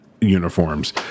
uniforms